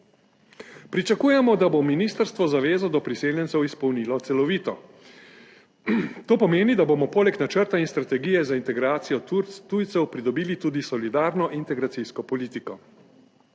Pričakujemo, da bo ministrstvo zavezo do priseljencev izpolnilo celovito. To pomeni, da bomo poleg načrta in strategije za integracijo tujcev pridobili tudi solidarno integracijsko politiko.